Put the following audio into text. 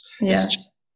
Yes